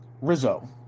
Rizzo